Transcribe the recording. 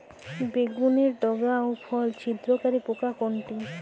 বেগুনের ডগা ও ফল ছিদ্রকারী পোকা কোনটা?